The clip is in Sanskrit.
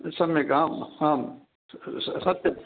सम्यक् आम् आम् सत्यम्